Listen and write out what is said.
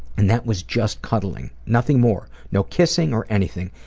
and that was just cuddling, nothing more. no kissing or anything,